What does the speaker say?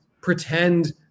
pretend